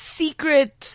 secret